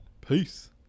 Peace